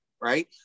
right